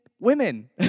women